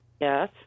yes